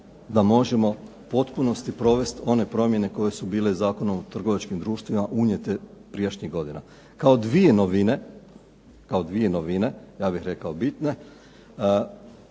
da možemo u potpunosti provesti one promjene koje su bile Zakonom o trgovačkim društvima unijete prijašnjih godina. Kao dvije novine, kao dvije novine